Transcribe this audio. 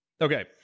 Okay